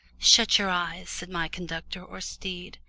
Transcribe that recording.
shut your eyes, said my conductor or steed,